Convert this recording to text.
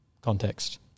context